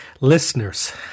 Listeners